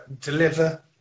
deliver